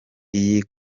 iyi